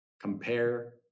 compare